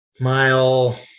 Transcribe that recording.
mile